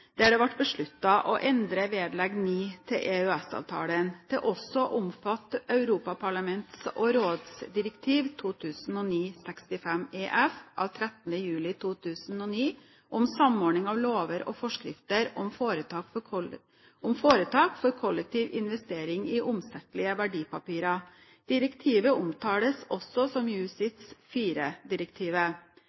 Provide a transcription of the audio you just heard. der det ble besluttet å endre vedlegg IX til EØS-avtalen til også å omfatte europaparlaments- og rådsdirektiv 2009/65/EF av 13. juli 2009 om samordning av lover og forskrifter om foretak for kollektiv investering i omsettelige verdipapirer. Direktivet omtales også som